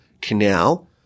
Canal